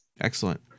Excellent